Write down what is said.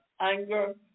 anger